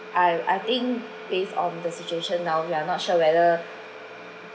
I'll I think based on the situation now we are not sure whether